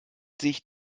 sich